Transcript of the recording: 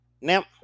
now